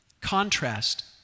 contrast